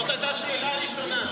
זאת הייתה השאלה הראשונה שהוא שאל.